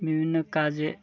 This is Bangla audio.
বিভিন্ন কাজে